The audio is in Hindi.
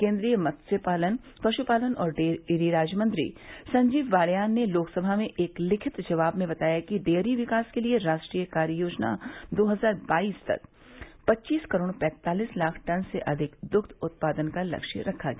केन्द्रीय मत्स्य पालन पशुपालन और डेयरी राज्यमंत्री संजीव बालियान ने लोकसभा में एक लिखित जवाब में बताया कि डेयरी विकास के लिए राष्ट्रीय कार्य योजना दो हजार बाईस तक पच्चीस करोड़ पैंतालिस लाख टन से अधिक दुग्व उत्पादन का लक्ष्य रखा गया